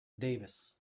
davis